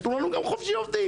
אז תנו לנו גם חופשי עובדים.